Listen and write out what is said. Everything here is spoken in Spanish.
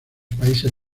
países